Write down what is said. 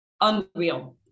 unreal